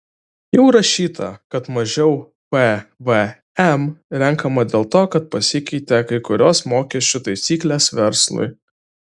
jau rašyta kad mažiau pvm renkama dėl to kad pasikeitė kai kurios mokesčių taisyklės verslui